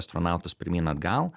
astronautus pirmyn atgal